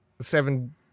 seven